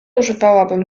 używałabym